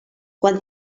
quan